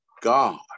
God